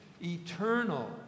eternal